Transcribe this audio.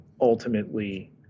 ultimately